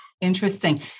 Interesting